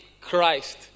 Christ